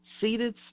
Seated